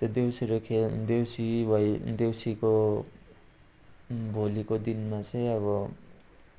त्यो देउसिरे खे देउसी भई देउसीको भोलिको दिनमा चाहिँ अब